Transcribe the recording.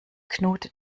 knut